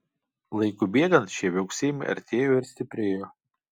laikui bėgant šie viauksėjimai artėjo ir stiprėjo